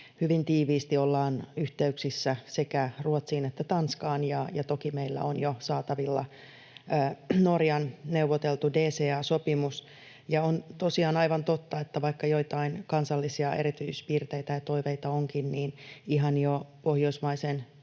hyvin tiiviisti ollaan yhteyksissä sekä Ruotsiin että Tanskaan, ja toki meillä on jo saatavilla Norjan neuvoteltu DCA-sopimus. On tosiaan aivan totta, että vaikka joitain kansallisia erityispiirteitä ja toiveita onkin, niin ihan jo pohjoismaisen